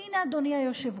והינה, אדוני היושב-ראש,